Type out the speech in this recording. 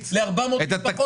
שקל ל-400 משפחות,